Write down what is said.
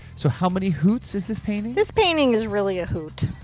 so how many hoots is this painting? this painting is really a hoot.